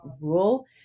rule